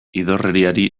idorreriari